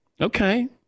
Okay